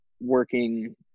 working –